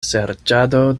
serĉadoj